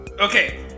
Okay